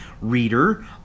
reader